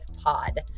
Pod